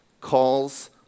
calls